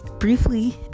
Briefly